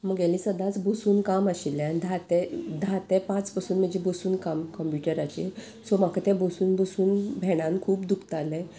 म्हगेलें सदांच बसून काम आशिल्लें आनी धा ते धा ते पांच बसून म्हजे बसून काम कंप्युटराचेर सो म्हाका तें बसून बसून भेंडांत खूब दुखतालें